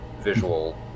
visual